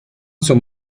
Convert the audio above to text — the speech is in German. zum